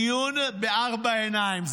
קיימתי דיון שני בנושא שביתת המורים העל-יסודיים.